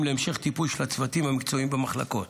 להמשך טיפול של הצוותים המקצועיים במחלקות.